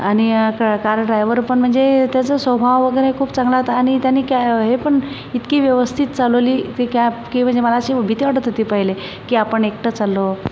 आणि car driver पण म्हणजे त्याचा स्वभाव वगैरे खूप चांगला होता आणि त्याने कॅ हे पण इतकी व्यवस्थित चालवली ती कॅब की म्हणजे मला अशी भीती वाटत होती पहिले की आपण एकटं चाललो